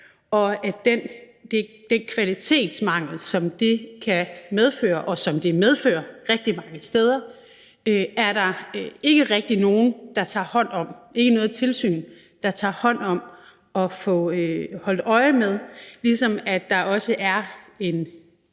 og den kvalitetsmangel, som det kan medføre, og som det medfører rigtig mange steder. Det er der ikke rigtig noget tilsyn der tager hånd om at få holdt øje med, ligesom der også er en